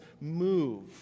move